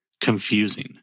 confusing